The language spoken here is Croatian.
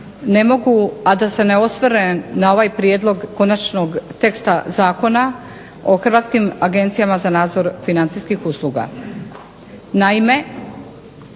ne mogu, a da se ne osvrnem na ovaj prijedlog konačnog teksta zakona o Hrvatskim agencijama za nadzor financijskih usluga. Naime,